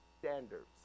standards